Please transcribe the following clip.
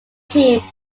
team